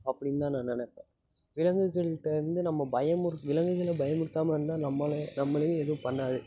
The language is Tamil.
அப்படின்னு தான் நான் நினைப்பேன் விலங்குகள்கிட்ட வந்து நம்ம பயமுறுத் விலங்குகளை பயமுறுத்தாமல் இருந்தால் நம்மளை நம்மளையும் எதுவும் பண்ணாது